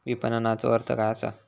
विपणनचो अर्थ काय असा?